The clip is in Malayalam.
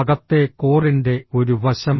അകത്തെ കോറിന്റെ ഒരു വശം